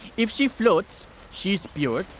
if she floats she's pure,